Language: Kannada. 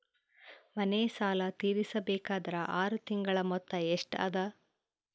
ಮನೆ ಸಾಲ ತೀರಸಬೇಕಾದರ್ ಆರ ತಿಂಗಳ ಮೊತ್ತ ಎಷ್ಟ ಅದ?